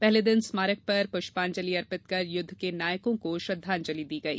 पहले दिन स्मारक पर पुष्पांजलि अर्पित कर युद्ध के नायकों को श्रद्दांजलि दी गई